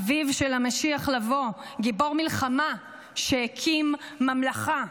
אביו של המשיח שיבוא, גיבור מלחמה שהקים ממלכה.